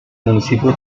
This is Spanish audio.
municipio